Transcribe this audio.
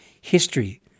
history